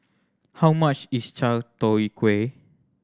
how much is chai tow kway